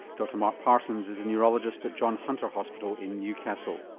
dr mark parsons is a neurologist at john hunter hospital in newcastle.